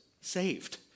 saved